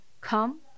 come